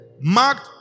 Mark